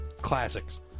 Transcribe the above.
classics